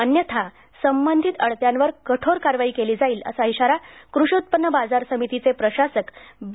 अन्यथा संबंधित अडत्यावर कठोर कारवाई केली जाईल असा इशारा कृषी उत्पन्न बाजार समितीचे प्रशासक बी